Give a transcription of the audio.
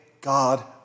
God